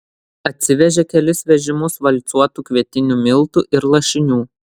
atsivežė kelis vežimus valcuotų kvietinių miltų ir lašinių